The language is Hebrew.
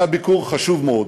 היה ביקור חשוב מאוד,